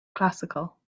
classical